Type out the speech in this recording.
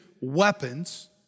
weapons